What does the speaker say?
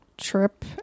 trip